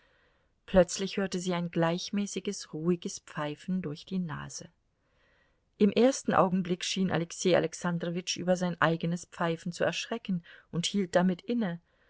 plötzlich hörte sie ein gleichmäßiges ruhiges pfeifen durch die nase im ersten augenblick schien alexei alexandrowitsch über sein eigenes pfeifen zu erschrecken und hielt damit inne